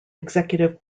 executive